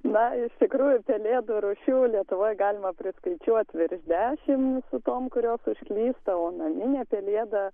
na iš tikrųjų pelėdų rūšių lietuvoje galima priskaičiuoti virš dešimt su tom kurios užklysta o naminė pelėda